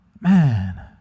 Man